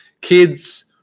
kids